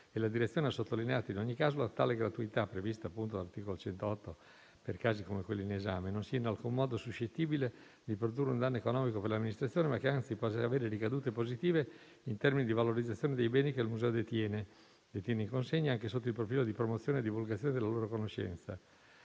e la direzione ha sottolineato in ogni caso che la gratuità, prevista dall'articolo 108 per casi come quello in esame, non sia in alcun modo suscettibile di produrre un danno economico per l'amministrazione, ma che anzi possa avere ricadute positive in termini di valorizzazione dei beni che il museo detiene in consegna, anche sotto il profilo di promozione e divulgazione della loro conoscenza.